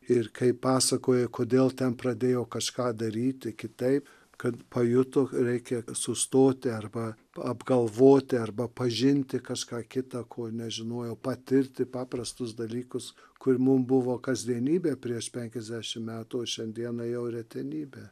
ir kaip pasakoja kodėl ten pradėjo kažką daryti kitaip kad pajuto reikia sustoti arba apgalvoti arba pažinti kažką kitą ko nežinojo patirti paprastus dalykus kur mum buvo kasdienybė prieš penkiasdešimt metų o šiandieną jau retenybė